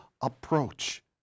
approach